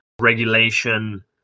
regulation